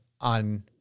on